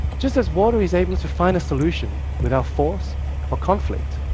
just as water is able to find a solution without force or conflict,